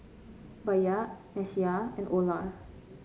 Bayard Messiah and Olar